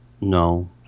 No